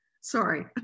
Sorry